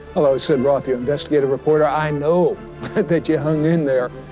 hello. sid roth your investigative reporter. i know that you hung in there.